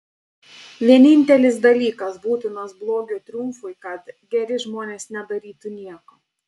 vienintelis dalykas būtinas blogio triumfui kad geri žmonės nedarytų nieko